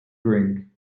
drink